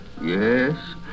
Yes